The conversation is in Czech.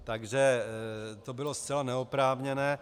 Takže to bylo zcela neoprávněné.